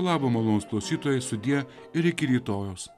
labo malonūs klausytojai sudie ir iki rytojaus